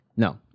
No